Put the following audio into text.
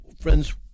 Friends